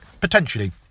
potentially